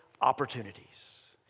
opportunities